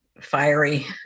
fiery